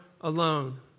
alone